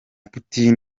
putin